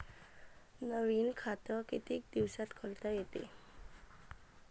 नवीन खात कितीक दिसात खोलता येते?